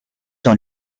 dans